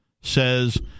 says